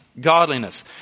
Godliness